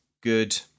good